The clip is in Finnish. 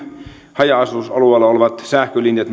haja asutusalueella olevat sähkölinjat